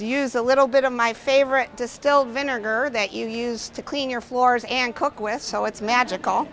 use a little bit of my favorite distilled vinegar or that you use to clean your floors and cook with so it's magical